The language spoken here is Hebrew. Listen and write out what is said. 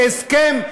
הסכם,